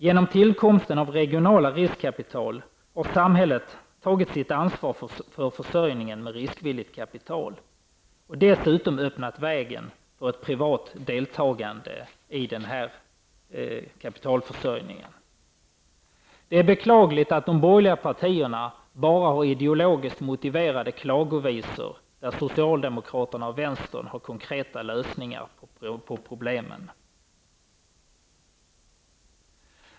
Genom tillkomsten av regionala riskkapitalbolag har samhället tagit sitt ansvar för försörjningen med riskvilligt kapital och dessutom öppnat vägen för privat deltagande i den här kapitalförsörjningen. Det är beklagligt att de borgerliga partierna bara har ideologiskt motiverade klagovisor där socialdemokraterna och vänstern har konkreta lösningar på problemen.